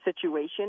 situation